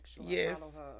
Yes